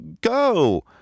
go